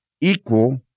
equal